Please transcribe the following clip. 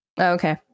okay